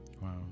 wow